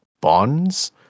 Bonds